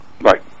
right